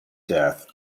death